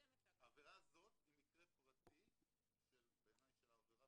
לפעמים הוא רשאי לעיין,